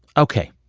ok.